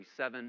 1937